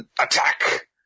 Attack